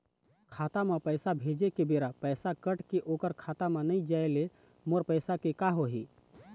खाता म पैसा भेजे के बेरा पैसा कट के ओकर खाता म नई जाय ले मोर पैसा के का होही?